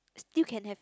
still can have